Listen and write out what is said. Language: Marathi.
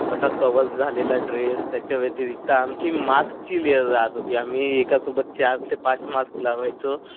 असा कवर झालेला ड्रेस त्याच्या व्यतिरिक्त आमची मास्कची लेयर रहात होती आम्ही एकासोबत चार ते पाच मास्क लावायचो